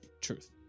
truth